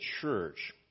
church